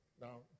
now